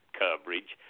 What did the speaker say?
coverage